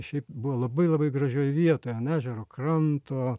šiaip buvo labai labai gražioj vietoj ant ežero kranto